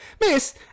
Miss